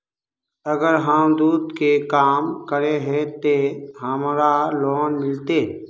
अगर हम दूध के काम करे है ते हमरा लोन मिलते?